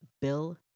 Bill